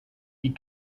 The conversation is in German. die